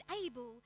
able